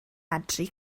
medru